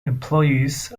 employees